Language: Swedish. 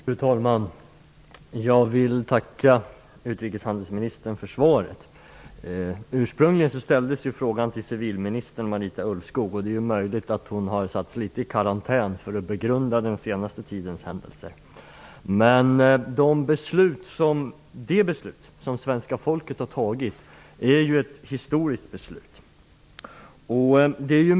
Fru talman! Jag vill tacka utrikeshandelsministern för svaret. Interpellationen ställdes ursprungligen till civilminister Marita Ulvskog, men det är möjligt att hon har satts litet i karantän för att begrunda den senaste tidens händelse. Det beslut som svenska folket har fattat är ju ett historiskt beslut.